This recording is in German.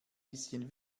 bisschen